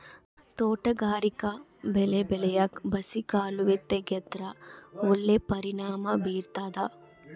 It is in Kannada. ತೋಟಗಾರಿಕಾ ಬೆಳೆ ಬೆಳ್ಯಾಕ್ ಬಸಿ ಕಾಲುವೆ ತೆಗೆದ್ರ ಒಳ್ಳೆ ಪರಿಣಾಮ ಬೀರ್ತಾದ